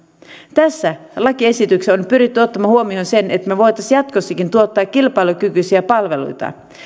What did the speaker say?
tässä lakiesityksessä on pyritty ottamaan huomioon se että me voisimme jatkossakin tuottaa kilpailukykyisiä palveluita